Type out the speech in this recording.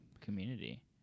Community